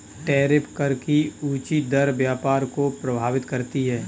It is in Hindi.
टैरिफ कर की ऊँची दर व्यापार को प्रभावित करती है